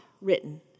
written